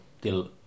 till